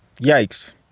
Yikes